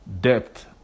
Depth